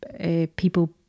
people